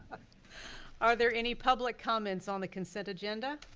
are there any public comments on the consent agenda?